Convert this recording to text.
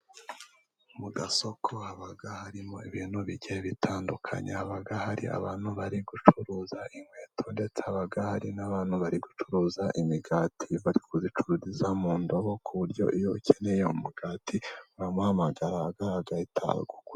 Mu gasoko haba harimo ibintu bigiye bitandukanye, haba hari abantu bari gucuruza inkweto, ndetse haba hari n'abantu bari gucuruza imigati, bari kuyicururiza mu ndobo ku buryo iyo ukeneye umugati uramuhamagara agahita awugu......